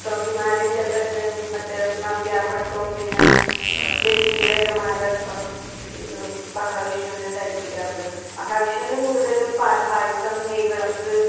തുളസി മാലയും ചെമ്പ മറ്റെ നന്ദ്യാർവട്ടവും പിന്നെ ബന്ധിടെ ഒക്കെ മാല ശി മഹാവിഷ്ണുവിനെ ധരിപ്പിക്കാറുണ്ട് മഹാവിഷ്ണുവിന് കൂടുതലും പാൽ പായസം നെയ്യ് വിളക്ക്